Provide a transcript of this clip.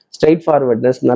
Straightforwardness